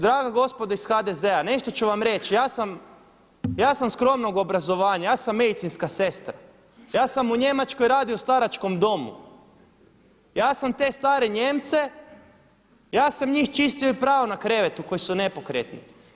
Draga gospodo iz HDZ-a nešto ću vam reći, ja sam skromnog obrazovanja, ja sam medicinska sestra, ja sam u Njemačkoj radio u staračkom domu, ja sam te stare Nijemce ja sam njih čistio i prao na krevetu koji su nepokretni.